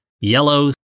yellow